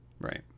Right